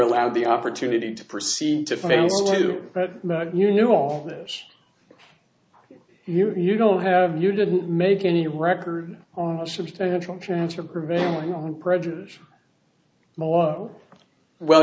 allowed the opportunity to proceed to fail to do that you knew all this you don't have you didn't make any record on a substantial chance of prevailing on prejudice moyo well